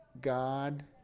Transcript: God